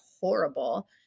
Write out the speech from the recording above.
horrible